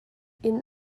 inn